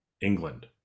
England